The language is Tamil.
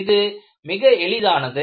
இது மிக எளியது